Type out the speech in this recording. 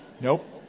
Nope